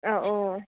औ अ